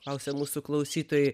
klausia mūsų klausytojai